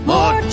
More